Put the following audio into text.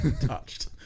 touched